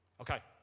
Okay